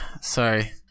sorry